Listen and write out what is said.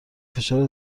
فشار